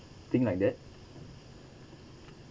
thing like that